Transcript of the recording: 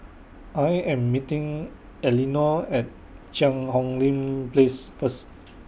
I Am meeting Elinore At Cheang Hong Lim Place First